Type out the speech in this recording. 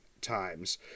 times